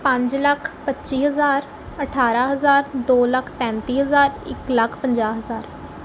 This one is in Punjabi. ਪੰਜ ਲੱਖ ਪੱਚੀ ਹਜ਼ਾਰ ਅਠਾਰ੍ਹਾਂ ਹਜ਼ਾਰ ਦੋ ਲੱਖ ਪੈਂਤੀ ਹਜ਼ਾਰ ਇੱਕ ਲੱਖ ਪੰਜਾਹ ਹਜ਼ਾਰ